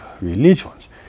religions